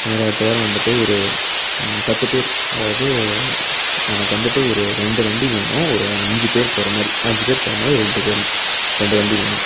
இந்த மாதிரி அடுத்த வாரம் வந்துட்டு ஒரு பத்து பேர் அதாவது எனக்கு வந்துட்டு ஒரு ரெண்டு வண்டி வேணும் ஒரு அஞ்சு பேர் போகிற மாதிரி அஞ்சு பேர் போகிற மாதிரி ஒரு ரெண்டு பேர் ரெண்டு வண்டி வேணும்